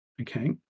Okay